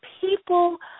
people